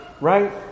right